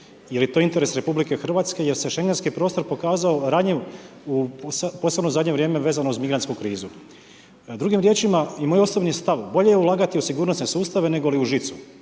je li to interes RH jer se Šengenski prostor pokazao ranjiv posebno u zadnje vrijeme vezano uz migrantsku krizu. Drugim riječima, i moj osobni stav bolje je ulagati u sigurnosne sustave nego li u žicu,